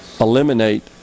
eliminate